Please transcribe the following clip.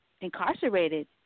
incarcerated